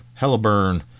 hellaburn